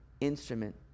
instrument